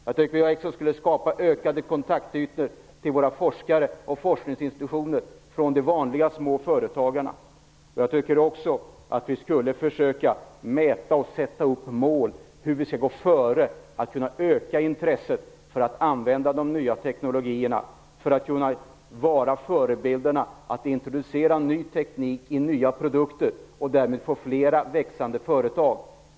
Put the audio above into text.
Jag tycker också att vi borde skapa ökade kontaktytor mellan våra forskare och forskningsinstitutioner och de vanliga småföretagarna. Dessutom borde vi försöka mäta behoven. Vi bör sätta upp mål för hur vi skall gå före när det gäller att öka intresset för att använda de nya teknologierna. Vi skall vara förebilder för att introducera ny teknik i nya produkter och därmed få flera växande företag.